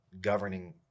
governing